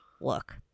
look